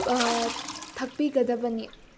ꯊꯛꯄꯤꯒꯗꯕꯅꯤ